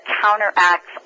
counteracts